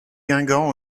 guingamp